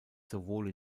sowohl